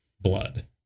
blood